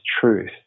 truth